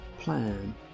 plan